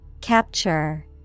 Capture